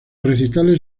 recitales